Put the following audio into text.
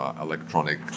electronic